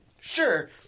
Sure